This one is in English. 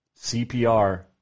CPR